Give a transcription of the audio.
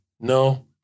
no